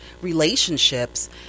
relationships